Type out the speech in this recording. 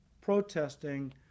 protesting